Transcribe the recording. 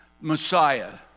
Messiah